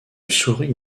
souris